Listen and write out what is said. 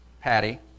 patty